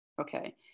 okay